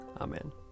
Amen